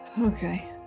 Okay